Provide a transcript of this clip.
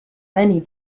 many